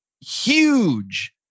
huge